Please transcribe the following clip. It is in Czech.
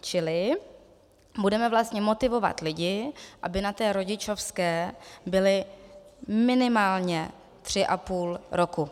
Čili budeme vlastně motivovat lidi, aby na té rodičovské byli minimálně tři a půl roku.